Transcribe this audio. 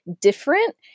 different